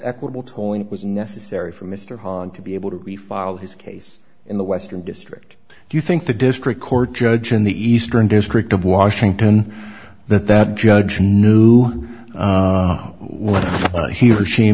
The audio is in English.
equable tolling it was necessary for mr hahn to be able to refile his case in the western district do you think the district court judge in the eastern district of washington that that judge knew what he or she